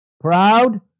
Proud